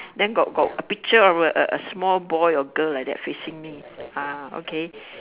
then got got a picture of a a small boy or girl like that facing me ah okay